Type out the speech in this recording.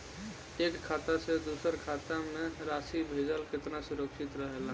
एक खाता से दूसर खाता में राशि भेजल केतना सुरक्षित रहेला?